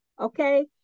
Okay